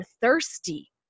thirsty